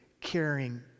caring